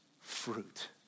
fruit